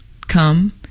come